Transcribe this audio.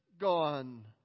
gone